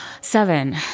Seven